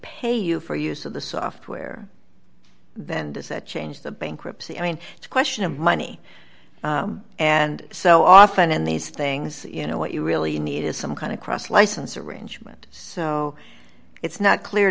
pay you for use of the software vendors that change the bankruptcy i mean it's a question of money and so often in these things you know what you really need is some kind of cross license arrangement so it's not clear